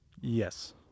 Yes